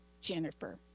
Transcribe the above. Jennifer